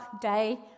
day